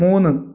മൂന്ന്